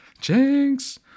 jinx